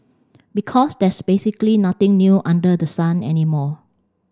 because there's basically nothing new under the sun anymore